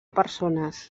persones